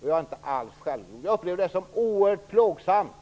Och jag är inte alls självgod; jag upplever det som oerhört plågsamt.